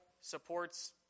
supports